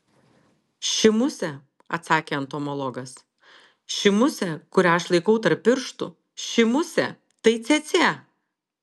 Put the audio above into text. ši musė atsakė entomologas ši musė kurią aš laikau tarp pirštų ši musė tai cėcė